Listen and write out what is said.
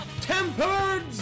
Tempered